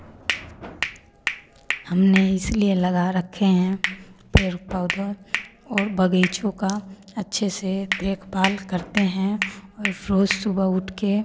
हमने इसलिए लगा रखे हैं पेड़ पौधा और बगीचों का अच्छे से देख भाल करते हैं और रोज़ सुबह उठकर